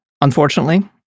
Unfortunately